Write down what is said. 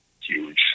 huge